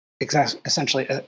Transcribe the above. essentially